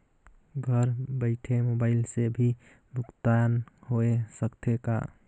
घर बइठे मोबाईल से भी भुगतान होय सकथे का?